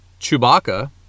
Chewbacca